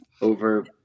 over